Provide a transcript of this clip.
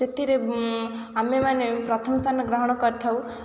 ସେଥିରେ ଆମେମାନେ ପ୍ରଥମ ସ୍ଥାନ ଗ୍ରହଣ କରିଥାଉ